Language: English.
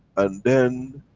and then,